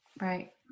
Right